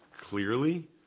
clearly